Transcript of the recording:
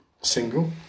Single